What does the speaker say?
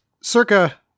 circa